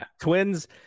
twins